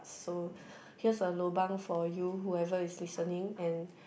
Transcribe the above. so here's a lobang for you whoever is listening and